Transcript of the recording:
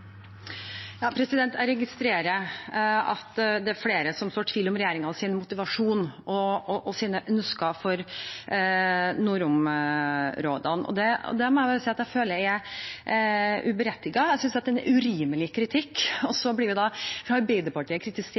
Jeg registrerer at det er flere som sår tvil om regjeringens motivasjon og ønsker for nordområdene. Det må jeg si at jeg føler er uberettiget. Jeg synes at det er en urimelig kritikk. Og så blir vi av Arbeiderpartiet